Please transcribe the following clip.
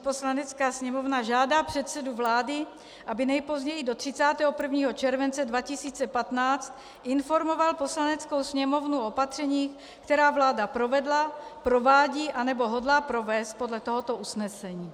Poslanecká sněmovna žádá předsedu vlády, aby nejpozději do 31. července 2015 informoval Poslaneckou sněmovnu o opatřeních, která vláda provedla, provádí a nebo hodlá provést podle tohoto usnesení.